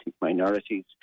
minorities